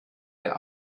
der